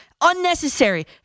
Unnecessary